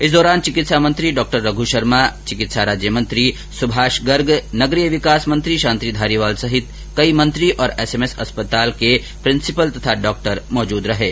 इस दौरान चिकित्सा मंत्री डॉ रघू शर्मा चिकित्सा राज्य मंत्री सुभाष गर्ग नगरीय विकास मंत्री शांति धारीवाल सहित कई मंत्री और एसएमएस मेडिकल कॉलेज के प्रिंसिपल तथा डॉक्टर मौजूद रहेंगे